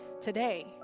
today